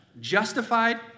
justified